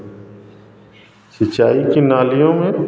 सिंचाई की नालियों में